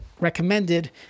recommended